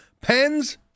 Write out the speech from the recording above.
Pens